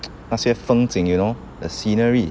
那些风景 you know the scenery